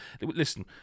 listen